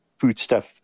foodstuff